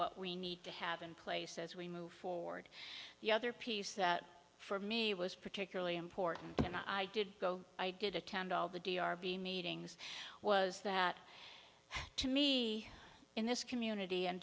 what we need to have in place as we move forward the other piece that for me was particularly important and i did go i did attend all the d r v meetings was that to me in this community and